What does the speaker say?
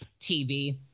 TV